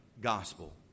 gospel